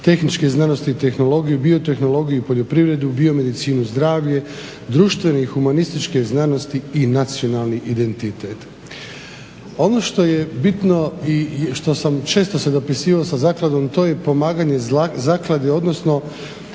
tehničke znanosti i tehnologiju, biotehnologiju i poljoprivredu, biomedicinu, zdravlje, društvene i humanističke znanosti i nacionalni identitet. Ono što je bitno i što sam često se dopisivao sa zakladom to je pomaganje Zaklade, odnosno